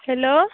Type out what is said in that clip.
hello